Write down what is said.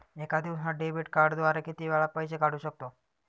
एका दिवसांत डेबिट कार्डद्वारे किती वेळा पैसे काढू शकतो?